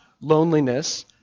loneliness